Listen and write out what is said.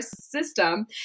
system